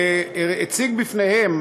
הציג בפניהם,